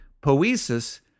poesis